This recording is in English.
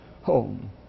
home